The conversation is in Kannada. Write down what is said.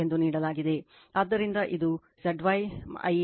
ಆದ್ದರಿಂದ ಇದು Zy Ia Ib